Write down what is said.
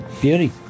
Beauty